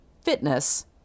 fitness